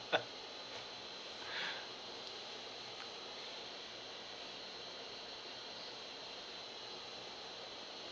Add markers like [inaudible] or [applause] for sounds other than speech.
[laughs] [breath]